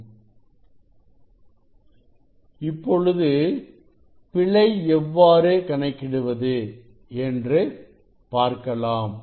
λẟƟ இப்பொழுது பிழை எவ்வாறு கணக்கிடுவது என்று பார்க்கலாம்